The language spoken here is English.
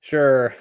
Sure